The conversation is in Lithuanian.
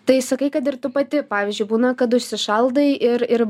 tai sakai kad ir tu pati pavyzdžiui būna kad užsišaldai ir ir